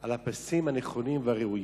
על הפסים הנכונים והראויים.